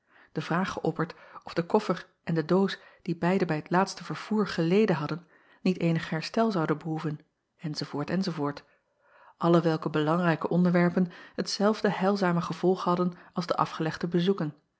de vraag geöpperd of de koffer en de doos die beide bij t laatste vervoer geleden hadden niet eenig herstel zouden behoeven enz enz alle welke belangrijke onderwerpen hetzelfde heilzame gevolg hadden als de afgelegde bezoeken